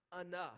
enough